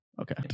Okay